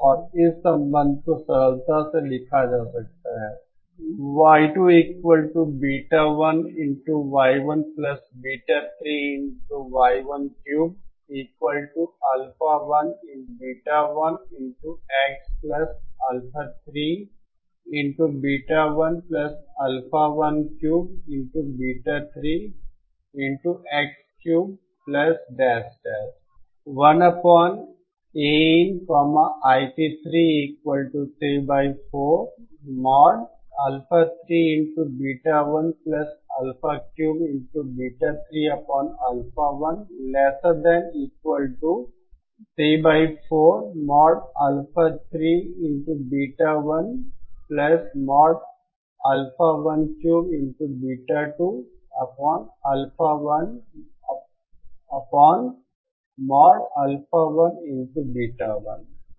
और इस संबंध को सरलता से लिखा जा सकता है